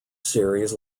series